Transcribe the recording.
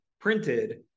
printed